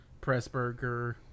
Pressburger